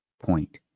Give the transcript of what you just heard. point